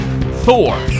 Thor